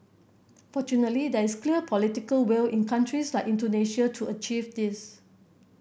fortunately there is clear political will in countries like Indonesia to achieve this